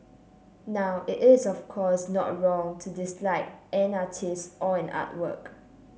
now it is of course not wrong to dislike an artist or an artwork